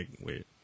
wait